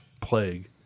plague